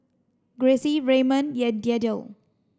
Gracie Raymon Yadiel